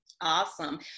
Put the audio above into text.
Awesome